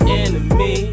enemy